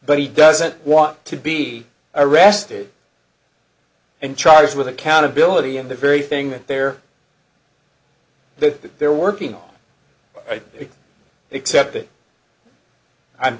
but he doesn't want to be arrested and charged with accountability and the very thing that they're that they're working on it except that i'm